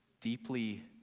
deeply